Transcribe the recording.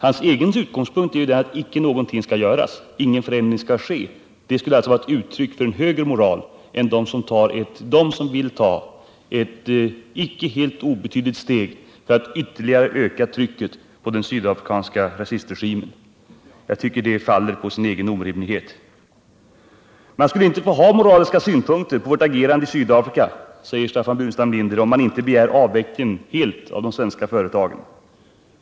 Hans egen utgångspunkt är ju att inte någonting skall göras, att ingen förändring skall ske. Det skulle alltså vara ett uttryck för en högre moral än den hos dem som vill ta ett icke helt obetydligt steg för att ytterligare öka trycket på den sydafrikanska regimen. Jag tycker den argumenteringen faller på sin egen orimlighet. Man skulle ge uttryck för en dubbelmoral säger Staffan Burenstam Linder, om man inte begär en fullständig avveckling av de svenska företagen.